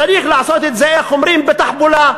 צריך לעשות את זה, איך אומרים, בתחבולה,